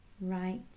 right